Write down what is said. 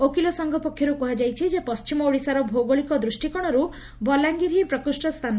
ଓକିଲ ସଂଘ ପକ୍ଷରୁ କୁହାଯାଇଛି ପଣ୍ଟିମ ଓଡ଼ିଶାର ଭୌଗୋଳିକ ଦୃଷ୍ଟିକୋଶରୁ ବଲାଙ୍ଗୀର ହି ପ୍ରକୃଷ୍ ସ୍ରାନ